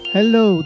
Hello